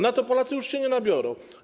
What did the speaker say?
Na to Polacy już się nie nabiorą.